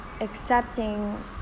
accepting